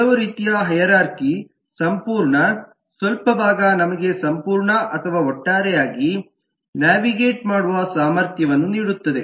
ಕೆಲವು ರೀತಿಯ ಹೈರಾರ್ಖಿಯ ಸಂಪೂರ್ಣ ಸ್ವಲ್ಪ ಭಾಗ ನಮಗೆ ಸಂಪೂರ್ಣ ಅಥವಾ ಒಟ್ಟಾರೆಯಾಗಿ ನ್ಯಾವಿಗೇಟ್ ಮಾಡುವ ಸಾಮರ್ಥ್ಯವನ್ನು ನೀಡುತ್ತದೆ